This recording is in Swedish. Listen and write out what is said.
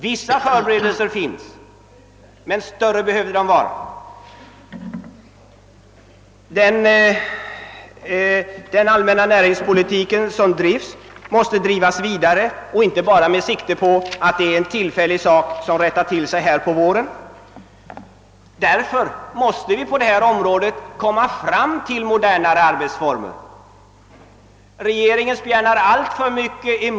Vissa förberedelser är gjorda men de måste göras mera omfattande. Den allmänna näringspolitiken måste drivas vidare inte bara med sikte på att arbetslösheten är något tillfälligt som kommer att försvinna till våren. Vi måste finna modernare arbetsformer. Regeringen spjärnar där emot alltför mycket.